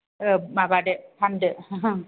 माबादो फानदो